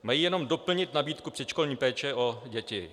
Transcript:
Mají jenom doplnit nabídku předškolní péče o děti.